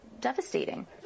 devastating